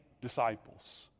disciples